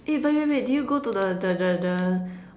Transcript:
eh wait wait wait did you go the the the